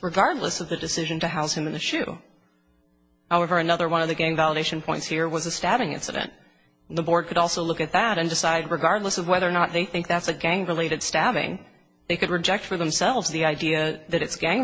regardless of the decision to house him in the shoe however another one of the game validation points here was a stabbing incident the board could also look at that and decide regardless of whether or not they think that's a gang related stabbing they could reject for themselves the idea that it's gang